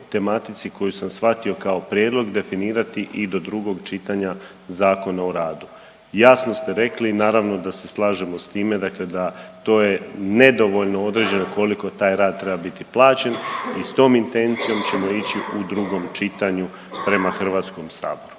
koju sam shvatio kao prijedlog definirati i do drugog čitanja Zakona o radu. Jasno ste rekli, naravno da se slažemo sa time, dakle da to je nedovoljno određeno koliko taj rad treba biti plaćen. I s tom intencijom ćemo ići u drugom čitanju prema Hrvatskom saboru,